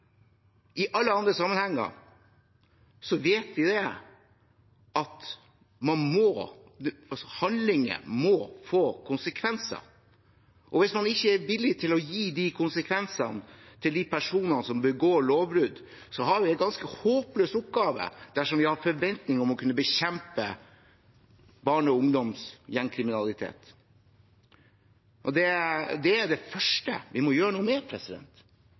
I alle andre sammenhenger vet vi at handlinger må få konsekvenser. Hvis man ikke er villig til å gi de konsekvensene til de personene som begår lovbrudd, har vi en ganske håpløs oppgave dersom vi har forventninger om å kunne bekjempe barne-, ungdoms- og gjengkriminalitet. Det er det første vi må gjøre noe med.